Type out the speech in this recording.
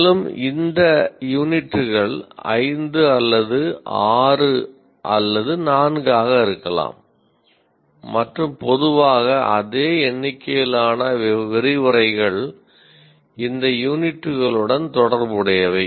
மேலும் இந்த யூனிட்கள் 5 அல்லது 6 அல்லது 4 ஆக இருக்கலாம் மற்றும் பொதுவாக அதே எண்ணிக்கையிலான விரிவுரைகள் இந்த யூனிட்களுடன் தொடர்புடையவை